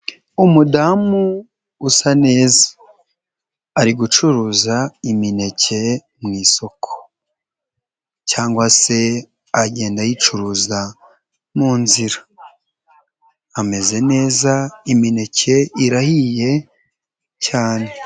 Umudamu usa neza ari gucuruza imineke mu isoko cyangwa se agenda ayicuruza mu nzira, ameze neza imineke irahiye cyane.